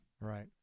Right